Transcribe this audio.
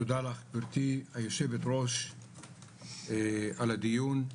תודה לך גברתי היושבת ראש על הדיון,